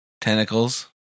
Tentacles